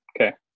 Okay